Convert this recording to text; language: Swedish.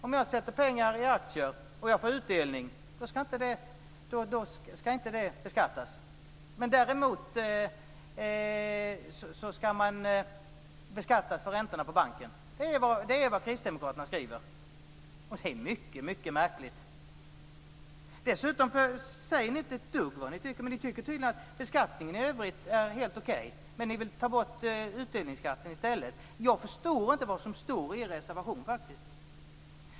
Om jag lägger pengar på aktier och får utdelning ska det inte beskattas. Däremot ska man beskattas för räntorna på banken. Det är vad kristdemokraterna skriver. Det är mycket märkligt. Dessutom säger ni inte ett dugg om vad ni tycker, men ni tycker tydligen att beskattningen i övrigt är helt okej. Ni vill ta bort utdelningsskatten i stället. Jag förstår faktiskt inte vad som står i er reservation.